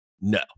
No